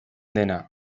dena